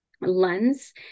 lens